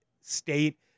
state